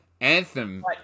Anthem